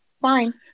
fine